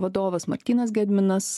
vadovas martynas gedminas